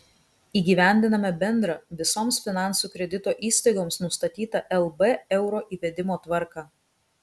įgyvendiname bendrą visoms finansų kredito įstaigoms nustatytą lb euro įvedimo tvarką